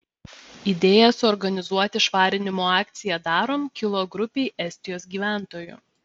idėja suorganizuoti švarinimo akciją darom kilo grupei estijos gyventojų